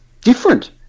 different